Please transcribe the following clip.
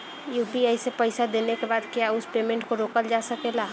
UPI से पईसा देने के बाद क्या उस पेमेंट को रोकल जा सकेला?